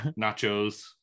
nachos